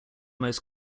most